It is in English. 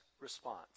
response